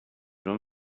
room